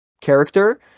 character